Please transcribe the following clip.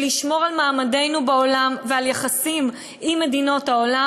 ולשמור על מעמדנו בעולם ועל יחסים עם מדינות העולם,